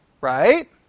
right